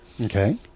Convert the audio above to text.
Okay